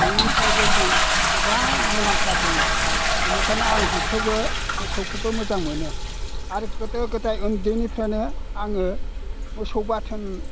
बिनिफ्रायबो जों गोबां मुलाम्फा दङ बिनिखायनो आं बिखौबो मोसौखौबो मोजां मोनो आरो गोदो गोदाय उन्दैनिफ्रायनो आङो मोसौ बाथोन